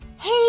Hey